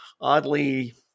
oddly